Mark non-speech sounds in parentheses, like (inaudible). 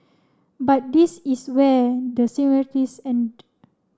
but this is where the (unintelligible) end